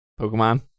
Pokemon